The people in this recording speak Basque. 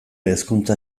hezkuntza